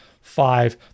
five